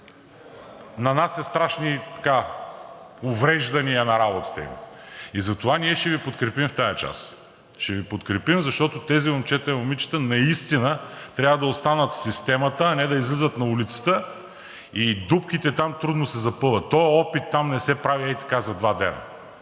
нанася страшни увреждания на работата им. Затова ние ще Ви подкрепим в тази част. Ще Ви подкрепим, защото тези момчета и момичета наистина трябва да останат в системата, а не да излизат на улицата. Дупките там трудно се запълват. Този опит там не се прави ей така за два дни.